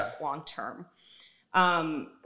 long-term